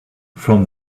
from